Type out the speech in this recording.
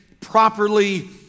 properly